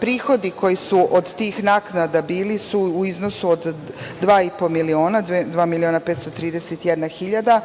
Prihodi koji su od tih naknada bili su u iznosu od 2,5 miliona, dva miliona 531 hiljadu,